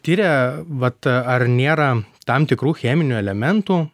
tiria vat ar nėra tam tikrų cheminių elementų